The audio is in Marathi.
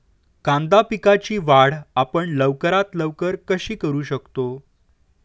कांदा पिकाची वाढ आपण लवकरात लवकर कशी करू शकतो?